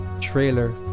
trailer